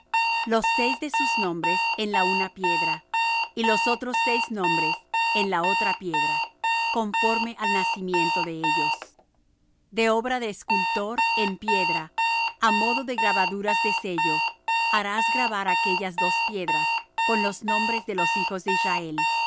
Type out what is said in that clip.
los seis de sus nombres en la una piedra y los otros seis nombres en la otra piedra conforme al nacimiento de ellos de obra de escultor en piedra á modo de grabaduras de sello harás grabar aquellas dos piedras con los nombres de los hijos de israel